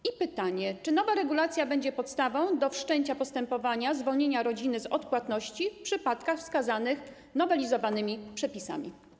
I pytanie: Czy nowa regulacja będzie podstawą do wszczęcia postępowania dotyczącego zwolnienia rodziny z odpłatności w przypadkach wskazanych w nowelizowanych przepisach?